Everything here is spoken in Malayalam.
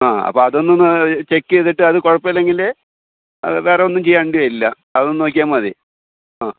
ആ അപ്പോൾ അതൊന്ന് ചെക്ക് ചെയ്തിട്ട് അത് കുഴപ്പം ഇല്ലെങ്കില് അത് വേറൊന്നും ചെയ്യേണ്ടിയില്ല അതൊന്ന് നോക്കിയാൽ മതി ആ